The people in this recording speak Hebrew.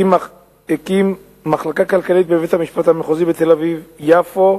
הקים מחלקה כלכלית בבית-המשפט המחוזי בתל-אביב יפו,